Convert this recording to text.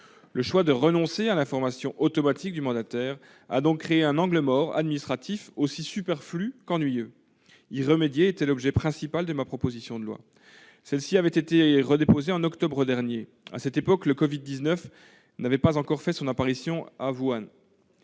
Le choix de renoncer à l'information automatique du mandataire a donc créé un angle mort administratif aussi superflu qu'ennuyeux. Y remédier était à l'origine l'objet principal de ma proposition de loi. Je l'avais déposée à nouveau en octobre dernier. À cette époque, le Covid-19 n'avait pas encore fait son apparition à Wuhan.